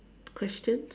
question